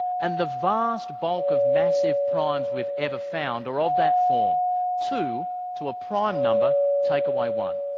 and the vast bulk of massive primes we've ever found are of that form two to a prime number, take away one.